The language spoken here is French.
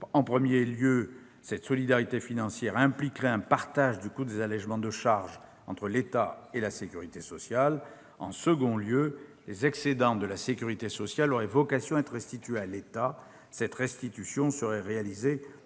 En premier lieu, cette solidarité financière impliquerait un partage du coût des allégements de charges entre l'État et la sécurité sociale. En second lieu, les excédents de la sécurité sociale auraient vocation à être restitués à l'État. Cette restitution serait réalisée dans